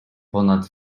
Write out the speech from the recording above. ponad